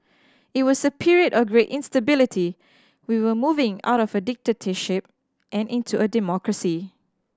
it was a period of great instability we were moving out of a dictatorship and into a democracy